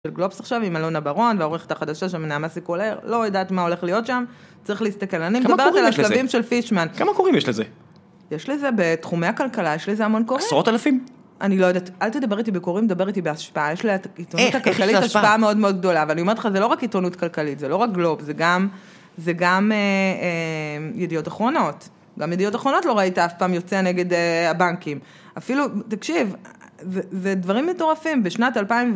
גלובס עכשיו עם אלונה ברון והעורכת החדשה שם, נעמה סיקולר, לא יודעת מה הולך להיות שם צריך להסתכל. אני מדברת על השלבים של פישמן. כמה קוראים יש לזה? יש לזה בתחומי הכלכלה יש לזה המון קוראים. עשרות אלפים? אני לא יודעת אל תדבר איתי בקוראים, דבר איתי בהשפעה, יש לעיתונות הכלכלית השפעה מאוד מאוד גדולה, אבל אני אומרת לך זה לא רק עיתונות כלכלית, זה לא רק גלובס, זה גם ידיעות אחרונות, גם מידיעות אחרונות לא ראית אף פעם יוצא נגד הבנקים. אפילו, תקשיב, זה דברים מטורפים. בשנת אלפיים